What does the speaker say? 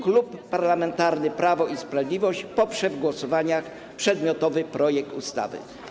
Klub Parlamentarny Prawo i Sprawiedliwość poprze w głosowaniach przedmiotowy projekt ustawy.